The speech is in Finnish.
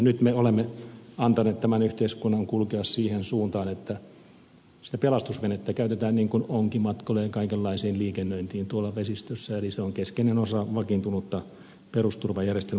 nyt me olemme antaneet tämän yhteiskunnan kulkea siihen suuntaan että sitä pelastusvenettä käytetään niin kuin onkimatkoilla ja kaikenlaiseen liikennöintiin tuolla vesistöissä eli se on keskeinen osa vakiintunutta perusturvajärjestelmää